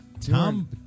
Tom